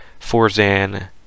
forzan